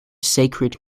sacred